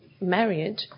marriage